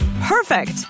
perfect